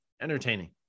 Entertaining